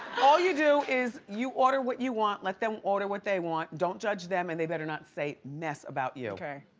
all you do is, you order what you want, let them order what they want. don't judge them, and they better not say mess about you. okay.